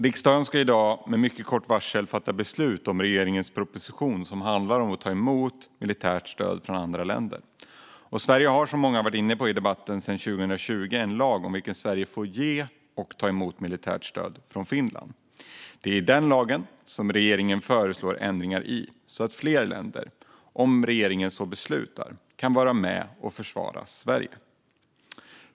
Riksdagen ska i dag med mycket kort varsel fatta beslut om regeringens proposition om att ta emot militärt stöd från andra länder. Sverige har, som många varit inne på under debatten, sedan 2020 en lag om att Sverige får ge och ta emot militärt stöd från Finland. Det är den lagen som regeringen föreslår ändringar i, så att fler länder, om regeringen så beslutar, kan vara med och försvara Sverige.